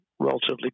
relatively